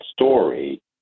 story